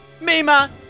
Mima